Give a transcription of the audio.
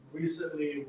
recently